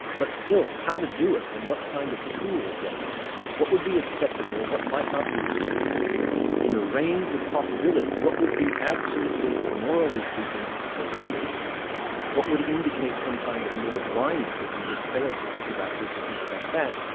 but still, how to do it, and what kind of tools they have, what would be acceptable, what might not be acceptable in a range of possibilities what would be absolutely morally speaking, horrendous what would indicate some kind of moral blindness if you just failed to think about this or think about that,